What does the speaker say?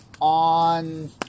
on